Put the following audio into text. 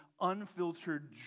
unfiltered